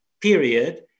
period